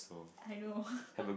I know